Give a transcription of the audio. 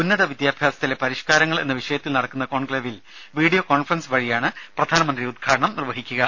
ഉന്നത വിദ്യാഭ്യാസത്തിലെ പരിഷ്കാരങ്ങൾ എന്ന വിഷയത്തിൽ നടക്കുന്ന കോൺക്ലേവിൽ വീഡിയോ കോൺഫറൻസ് വഴിയാണ് പ്രധാനമന്ത്രി ഉദ്ഘാടനം നിർവഹിക്കുക